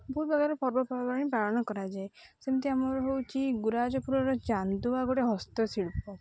ବହୁତ ପ୍ରକାର ପର୍ବପର୍ବାଣି ପାଳନ କରାଯାଏ ସେମିତି ଆମର ହେଉଛି ଗୁରାଜପୁରର ଚାନ୍ଦୁଆ ଗୋଟେ ହସ୍ତଶିଳ୍ପ